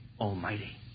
Almighty